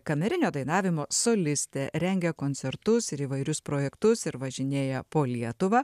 kamerinio dainavimo solistė rengia koncertus ir įvairius projektus ir važinėja po lietuvą